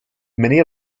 many